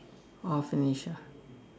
all finish lah